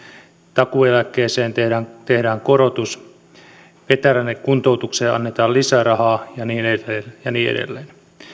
takuueläkkeeseen tehdään korotus veteraanien kuntoutukseen annetaan lisärahaa ja niin edelleen ja niin edelleen